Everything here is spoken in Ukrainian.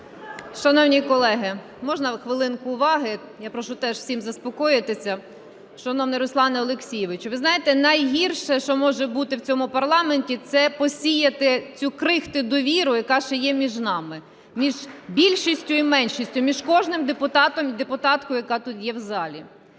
Шановні колеги, можна хвилинку уваги. Я прошу теж всім заспокоїтися. Шановний Руслане Олексійовичу, ви знаєте, найгірше, що може бути в цьому парламенті, – це посіяти цю крихту довіри, яка ще є між нами, між більшістю і меншістю, між кожним депутатом і депутаткою, яка тут є в залі.